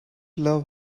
love